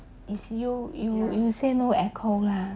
it's you you you say no echo lah